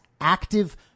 active